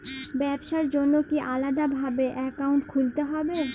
ব্যাবসার জন্য কি আলাদা ভাবে অ্যাকাউন্ট খুলতে হবে?